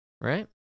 Right